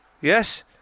yes